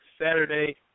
Saturday